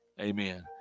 Amen